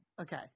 Okay